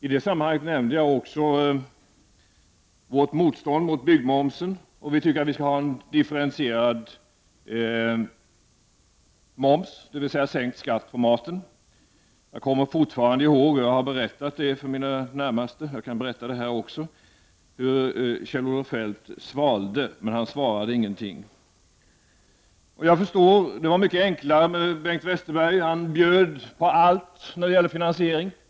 I det sammanhanget nämnde jag också vårt motstånd mot byggmoms och att vi tycker att vi skall ha en differentierad moms, dvs. sänkt skatt på maten. Jag kommer fortfarande ihåg — jag har berättat det för mina närmaste; jag kan berätta det här också — hur Kjell-Olof Feldt svalde men inte svarade någonting. Det var mycket enklare med Bengt Westerberg. Han bjöd på allt när det gäller finansiering.